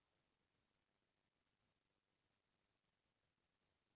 सर्दी मा कोन से साग बोथे?